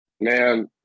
man